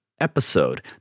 episode